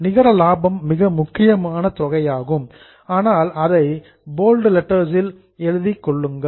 நிகர லாபம் மிக முக்கியமான தொகையாகும் அதனால் அதை போல்டு தடித்த எழுத்துக்களில் குறிப்பிடுகிறேன்